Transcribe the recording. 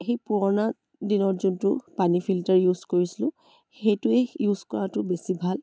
সেই পুৰণা দিনত যোনটো পানী ফিল্টাৰ ইউজ কৰিছিলোঁ সেইটোৱে ইউজ কৰাটো বেছি ভাল